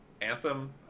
anthem